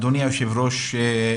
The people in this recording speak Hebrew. אדוני היושב ראש,